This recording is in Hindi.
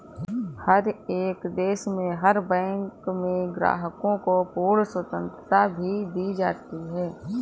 हर एक देश में हर बैंक में ग्राहकों को पूर्ण स्वतन्त्रता भी दी जाती है